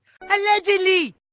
Allegedly